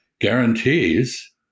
guarantees